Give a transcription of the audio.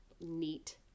neat